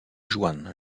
juan